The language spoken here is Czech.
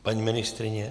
Paní ministryně?